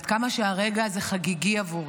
ועד כמה שהרגע הזה חגיגי עבורי,